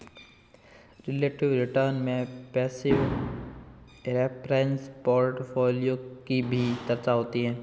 relative return में passive reference portfolio की भी चर्चा होती है